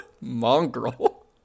Mongrel